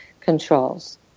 controls